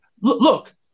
look